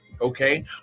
Okay